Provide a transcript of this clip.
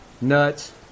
nuts